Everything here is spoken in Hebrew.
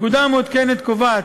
הפקודה המעודכנת קובעת,